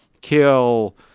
kill